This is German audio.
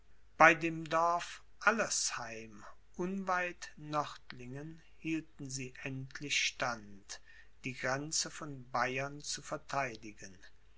bei dem dorf allersheim unweit nördlingen hielten sie endlich stand die grenze von bayern zu vertheidigen